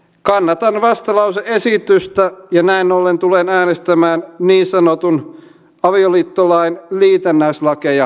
kannatan vastalause esitystä ja näin ollen tulen äänestämään niin sanotun avioliittolain liitännäislakeja vastaan